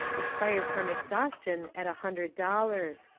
ex pired from exhaustion at a hundred dollars.